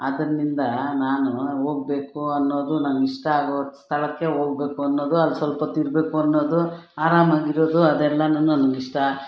ಅದರಿಂದ ನಾನು ಹೋಗ್ಬೇಕು ಅನ್ನೋದು ನನಗಿಷ್ಟ ಆಗೋ ಸ್ಥಳಕ್ಕೆ ಹೋಗ್ಬೇಕು ಅನ್ನೋದು ಅಲ್ಲಿ ಸ್ವಲ್ಪೊತ್ತಿರಬೇಕು ಅನ್ನೋದು ಆರಾಮಾಗಿರೋದು ಅದೆಲ್ಲಾನು ನನಗಿಷ್ಟ